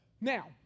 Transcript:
Now